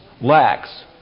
lacks